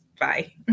bye